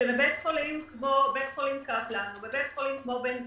שבית חולים כמו קפלן או בני ציון,